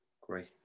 Great